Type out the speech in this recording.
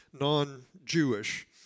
non-Jewish